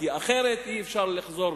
כי אחרת אי-אפשר לחזור